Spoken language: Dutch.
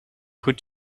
goed